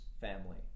family